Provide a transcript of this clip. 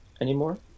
anymore